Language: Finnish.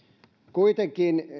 kuitenkin